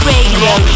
Radio